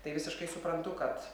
tai visiškai suprantu kad